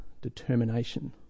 determination